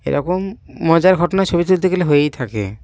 এরকম মজার ঘটনা ছবি তুলতে গেলে হয়েই থাকে